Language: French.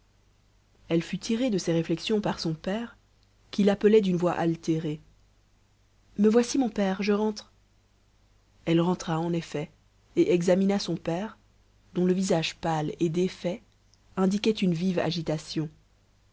elle fut tirée de ses réflexions par son père qui l'appelait d'une voix altérée me voici mon père je rentre elle rentra en effet et examina son père dont le visage pâle et défait indiquait une vive agitation